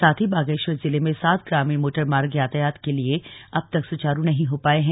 साथ ही बागेश्वर जिले में सात ग्रामीण मोटर मार्ग यातायात के लिए अब तक सुचारु नहीं हो पाए हैं